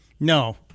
No